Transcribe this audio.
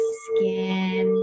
skin